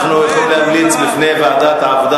אנחנו יכולים להמליץ בפני ועדת העבודה